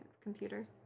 computer